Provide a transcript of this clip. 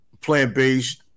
plant-based